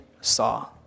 saw